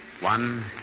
One